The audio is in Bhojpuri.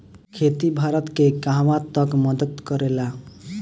खेती भारत के कहवा तक मदत करे ला?